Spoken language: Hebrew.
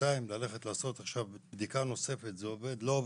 כדי לעשות בדיקה נוספת אם זה עובד או לא עובד,